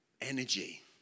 energy